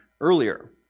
earlier